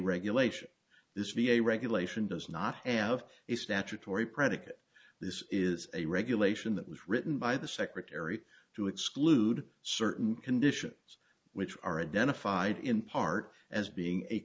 regulation this v a regulation does not have a statutory predicate this is a regulation that was written by the secretary to exclude certain conditions which are identified in part as being